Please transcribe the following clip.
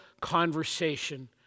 conversation